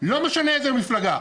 לא משנה איזו מפלגה.